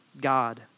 God